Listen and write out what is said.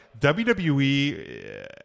WWE